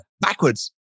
backwards